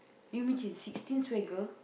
maybe can sixteen swagger